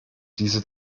diese